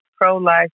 pro-life